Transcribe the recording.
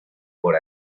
por